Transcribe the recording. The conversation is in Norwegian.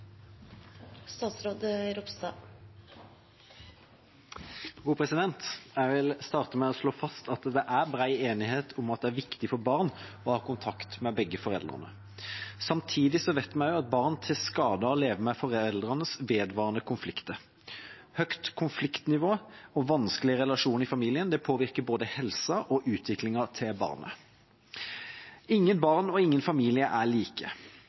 enighet om at det er viktig for barn å ha kontakt med begge foreldrene. Samtidig vet vi at barn tar skade av å leve med foreldres vedvarende konflikter. Høyt konfliktnivå og vanskelige relasjoner i familier påvirker både helsa og utviklingen til barnet. Ingen barn og ingen familier er like.